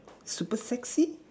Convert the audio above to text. super sexy